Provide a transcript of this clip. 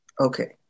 Okay